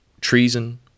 treason